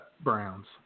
Browns